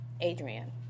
Adrian